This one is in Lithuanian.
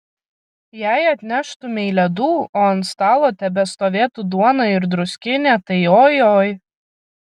jei atneštumei ledų o ant stalo tebestovėtų duona ir druskinė tai oi oi